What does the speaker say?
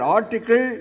Article